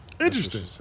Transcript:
Interesting